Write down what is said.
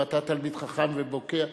ואתה תלמיד חכם ובקי במקורות,